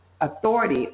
authority